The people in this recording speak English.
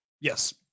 Yes